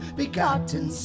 begotten